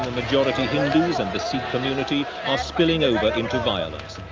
majority hindus and the sikh community are spilling over into violence.